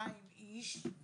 2,000 שקל,